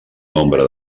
nombre